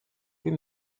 plus